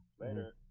later